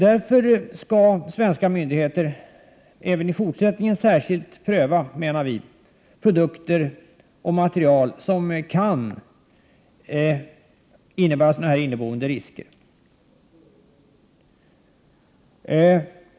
Därför menar vi att svenska myndigheter även i fortsättningen skall pröva vilka produkter och material som medför sådana här risker.